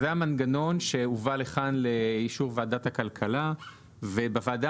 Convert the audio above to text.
זה המנגנון שהובא לכאן לאישור ועדת הכלכלה ובוועדה